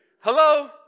Hello